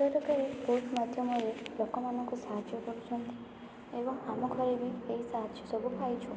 ସେହି ପ୍ରକାରେ କୋର୍ଟ୍ ମାଧ୍ୟମରେ ଲୋକମାନଙ୍କୁ ସାହାଯ୍ୟ କରୁଛନ୍ତି ଏବଂ ଆମ ଘରେ ବି ଏଇ ସାହାଯ୍ୟ ସବୁ ପାଇଛୁ